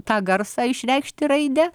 tą garsą išreikšti raidę